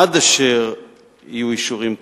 עד אשר יהיו אישורים כאלה,